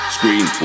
Screen